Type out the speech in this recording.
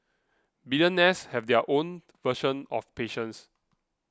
billionaires have their own version of patience